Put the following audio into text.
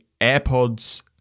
AirPods